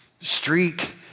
streak